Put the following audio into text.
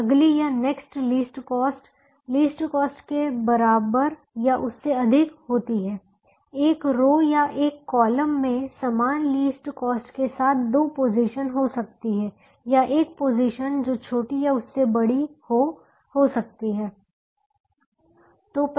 अगली या next least cost least cost के बराबर या उससे अधिक होती है एक रो या एक कॉलम में समान लीस्ट कॉस्ट के साथ दो पोजीशन हो सकती है या एक पोजीशन जो छोटी या उससे थोड़ी बड़ी हो हो सकती है